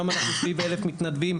היום אנחנו סביב 1,000 מתנדבים.